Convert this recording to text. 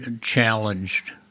challenged